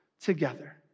together